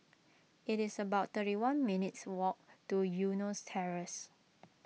it's about thirty one minutes' walk to Eunos Terrace